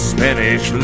Spanish